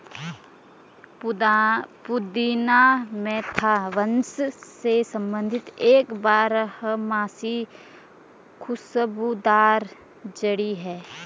पुदीना मेंथा वंश से संबंधित एक बारहमासी खुशबूदार जड़ी है